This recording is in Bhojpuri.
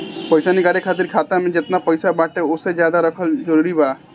पईसा निकाले खातिर खाता मे जेतना पईसा बाटे ओसे ज्यादा रखल जरूरी बा?